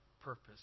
purpose